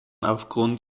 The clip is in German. aufgrund